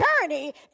journey